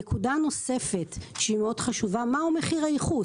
נקודה חשובה נוספת היא מה הוא מחיר הייחוס